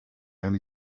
only